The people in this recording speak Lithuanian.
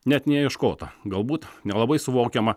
net neieškota galbūt nelabai suvokiama